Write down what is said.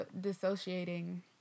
dissociating